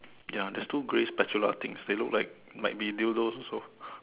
ya there's two grey spatula things they look like like might be dildos also